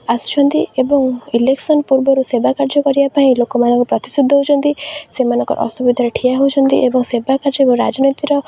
ଆସୁଛନ୍ତି ଏବଂ ଇଲେକ୍ସନ୍ ପୂର୍ବରୁ ସେବା କାର୍ଯ୍ୟ କରିବା ପାଇଁ ଲୋକମାନଙ୍କୁ ପ୍ରତିଶୃତି ହେଉଛନ୍ତି ସେମାନଙ୍କର ଅସୁବିଧାରେ ଠିଆ ହେଉଛନ୍ତି ଏବଂ ସେବା କାର୍ଯ୍ୟକୁ ରାଜନୀତିର